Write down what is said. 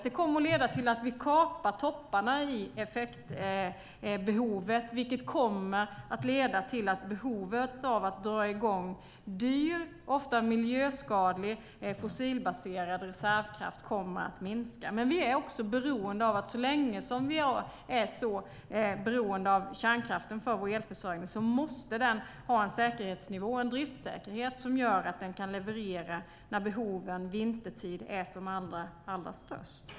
Det kommer att leda till att vi kapar topparna i effektbehovet, vilket kommer att leda till att behovet att dra i gång dyr och ofta miljöskadlig fossilbaserad reservkraft minskar. Men så länge som vi är så beroende av kärnkraften för vår elförsörjning måste den ha en säkerhetsnivå och en driftssäkerhet som gör att den kan leverera när behoven är som allra störst vintertid.